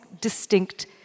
distinct